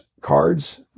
Cards